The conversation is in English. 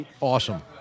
Awesome